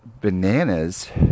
bananas